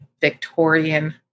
Victorian